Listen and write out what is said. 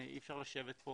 אי אפשר לשבת פה